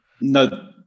No